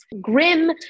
grim